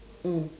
mm